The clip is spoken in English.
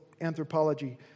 anthropology